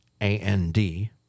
A-N-D